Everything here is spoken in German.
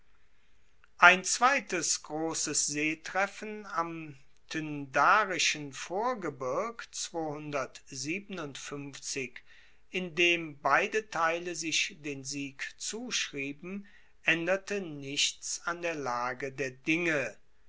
ein zweites grosses seetreffen am tyndarischen vorgebirg in dem beide teile sich den sieg zuschrieben aenderte nichts an der lage der dinge